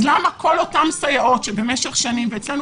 אז למה כל אותן סייעות שבמשך שנים ואצלנו